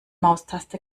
maustaste